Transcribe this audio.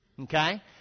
Okay